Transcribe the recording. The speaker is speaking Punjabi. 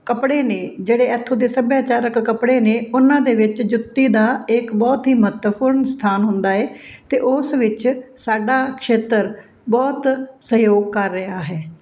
ਕੱਪੜੇ ਨੇ ਜਿਹੜੇ ਇੱਥੋਂ ਦੇ ਸੱਭਿਆਚਾਰਕ ਕੱਪੜੇ ਨੇ ਉਹਨਾਂ ਦੇ ਵਿੱਚ ਜੁੱਤੀ ਦਾ ਇੱਕ ਬਹੁਤ ਹੀ ਮਹੱਤਵਪੂਰਨ ਸਥਾਨ ਹੁੰਦਾ ਹੈ ਅਤੇ ਉਸ ਵਿੱਚ ਸਾਡਾ ਖੇਤਰ ਬਹੁਤ ਸਹਿਯੋਗ ਕਰ ਰਿਹਾ ਹੈ